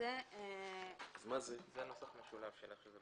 למעשה שני התיקונים המוצעים פה,